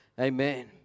Amen